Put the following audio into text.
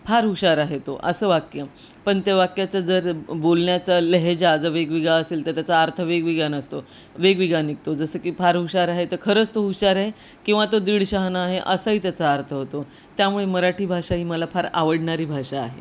फार हुशार आहे तो असं वाक्य पण त्या वाक्याचं जर बोलण्याचा लहेजा जर वेगवेगळा असेल तर त्याचा अर्थ वेगवेगळा नसतो वेगवेगळा निघतो जसं की फार हुशार आहे तर तर खरंच तो हुशार आहे किंवा तो दीडशहाणा आहे असाही त्याचा अर्थ होतो त्यामुळे मराठी भाषा ही मला फार आवडणारी भाषा आहे